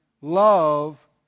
love